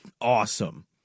awesome